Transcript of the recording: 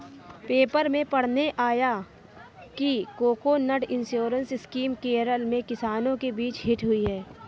paper में पढ़ने आया कि कोकोनट इंश्योरेंस स्कीम केरल में किसानों के बीच हिट हुई है